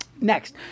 next